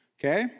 Okay